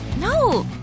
no